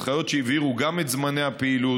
הנחיות שהבהירו גם את זמני הפעילות,